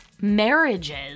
marriages